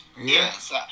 Yes